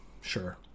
sure